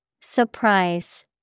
Surprise